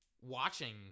watching